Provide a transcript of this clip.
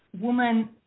woman